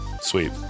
Sweet